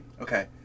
Okay